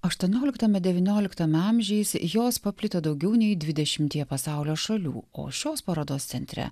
aštuonioliktame devynioliktame amžiais jos paplito daugiau nei dvidešimtyje pasaulio šalių o šios parodos centre